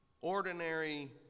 Ordinary